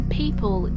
people